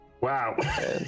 Wow